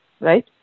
Right